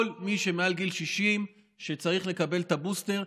כל מי שמעל גיל 60 וצריך לקבל את הבוסטר,